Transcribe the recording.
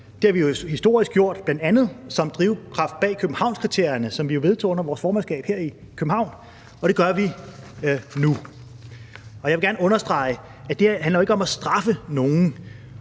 Det har vi historisk gjort, bl.a. som drivkraft bag Københavnskriterierne, som vi jo vedtog under vores formandskab her i København, og det gør vi nu. Og jeg vil gerne understrege, at det her jo ikke handler om at straffe nogen.